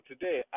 Today